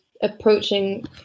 approaching